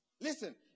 Listen